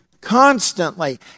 constantly